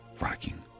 rocking